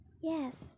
Yes